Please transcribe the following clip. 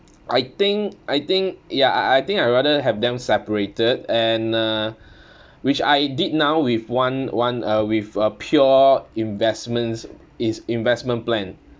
I think I think ya I I think I'd rather have them separated and uh which I did now with one one uh with a pure investments is investment plan